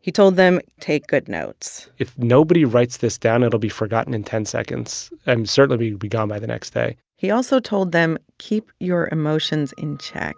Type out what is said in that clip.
he told them, take good notes if nobody writes this down, it'll be forgotten in ten seconds and certainly be be gone by the next day he also told them, keep your emotions in check.